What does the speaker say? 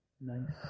nice